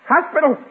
Hospital